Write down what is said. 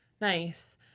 nice